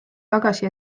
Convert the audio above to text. tagasi